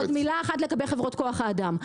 אדוני עוד מילה אחת לגבי חברות כוח האדם.